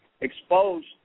exposed